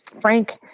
Frank